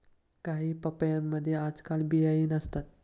काही पपयांमध्ये आजकाल बियाही नसतात